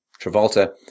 Travolta